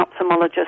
ophthalmologist